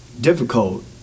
difficult